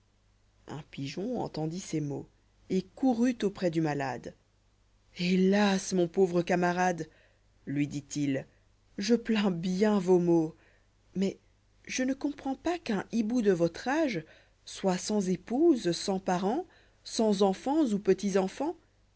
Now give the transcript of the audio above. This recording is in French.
un pigeon entendit ces mots et courut auprès du malade hélas mon pauvre camarade lui dit-il je plains bien vos maux mais je ne comprends pas qu'un hibou de votre âge soit sans épouse sans parents sans enfants ou